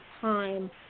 time